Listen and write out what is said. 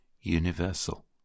universal